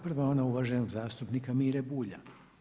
Prva je ona uvaženog zastupnika Mire Bulja.